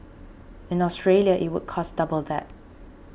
in Australia it would cost double that